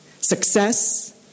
success